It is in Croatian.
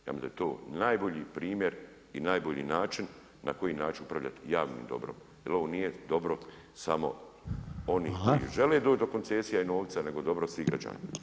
Ja mislim da je to najbolji primjer i najbolji način na koji način upravljati javnim dobrom, jer ovo nije dobro samo onih koji žele doći do koncesija i novca nego dobro svim građanima.